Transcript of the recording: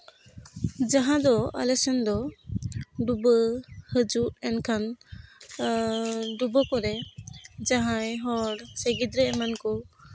ᱡᱟᱦᱟᱸ ᱫᱚ ᱟᱞᱮ ᱥᱮᱱ ᱫᱚ ᱰᱩᱵᱟᱹ ᱦᱤᱡᱩᱜ ᱮᱱᱠᱷᱟᱱ ᱰᱩᱵᱟᱹ ᱠᱚᱨᱮ ᱡᱟᱦᱟᱸᱭ ᱦᱚᱲ ᱥᱮ ᱜᱤᱫᱽᱨᱟᱹ ᱮᱢᱟᱱ ᱠᱚ